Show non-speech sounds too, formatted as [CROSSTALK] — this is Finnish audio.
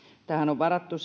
tähän on varattu [UNINTELLIGIBLE]